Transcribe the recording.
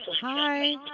Hi